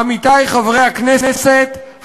עמיתי חברי הכנסת,